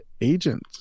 agent